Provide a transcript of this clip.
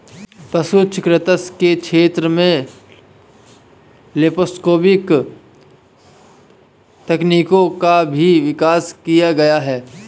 पशु चिकित्सा के क्षेत्र में लैप्रोस्कोपिक तकनीकों का भी विकास किया गया है